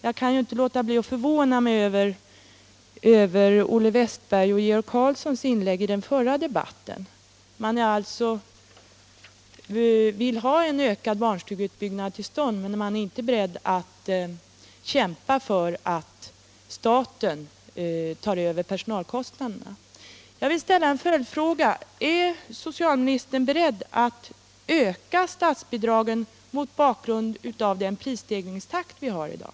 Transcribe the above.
Jag kan inte låta bli att förvåna mig över Olle Wästbergs och Göran Karlssons inlägg i den föregående debatten. Man vill alltså ha en ökad barnstugeutbyggnad till stånd, men man är inte beredd att kämpa för att staten tar över personalkostnaderna. Jag vill ställa en följdfråga: Är socialministern beredd att öka stats 29 bidragen mot bakgrund av den prisstegringstakt som vi har i dag?